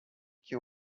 que